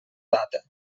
data